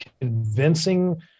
convincing